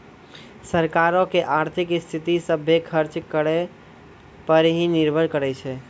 सरकारो के आर्थिक स्थिति, सभ्भे खर्च करो पे ही निर्भर करै छै